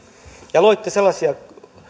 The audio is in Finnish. ja loitte sellaisia